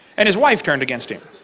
and his wife turned against him